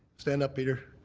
stand up, peter.